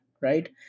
right